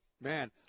Man